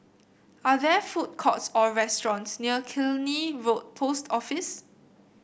are there food courts or restaurants near Killiney Road Post Office